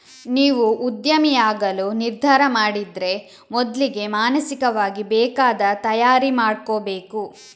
ನೀವು ಉದ್ಯಮಿಯಾಗಲು ನಿರ್ಧಾರ ಮಾಡಿದ್ರೆ ಮೊದ್ಲಿಗೆ ಮಾನಸಿಕವಾಗಿ ಬೇಕಾದ ತಯಾರಿ ಮಾಡ್ಕೋಬೇಕು